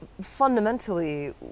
fundamentally